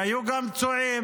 והיו גם פצועים.